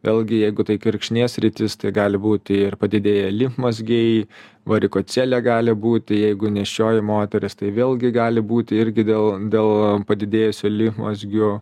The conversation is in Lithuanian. vėlgi jeigu tai kirkšnies sritis tai gali būti ir padidėję limfmazgiai varikocelė gali būti jeigu nėščioji moteris tai vėlgi gali būti irgi dėl dėl padidėjusių limfmazgių